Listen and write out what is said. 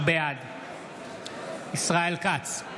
בעד ישראל כץ,